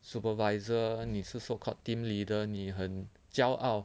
supervisor 你 so called team leader 你很骄傲